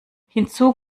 hinzu